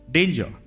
Danger